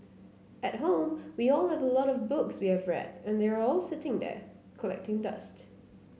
at home we all have a lot of books we have read and they are all sitting there collecting dust